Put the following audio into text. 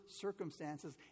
circumstances